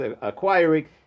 acquiring